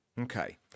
Okay